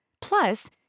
Plus